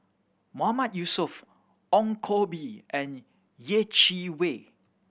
Mahmood Yusof Ong Koh Bee and Yeh Chi Wei